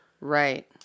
Right